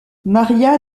maria